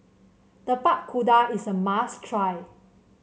Tapak Kuda is a must try